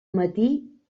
matí